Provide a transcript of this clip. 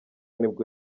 nibwo